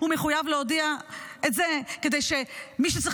הוא מחויב להודיע את זה כדי שמי שצריך